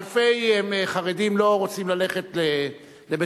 אלפי חרדים לא רוצים ללכת לבית-סוהר.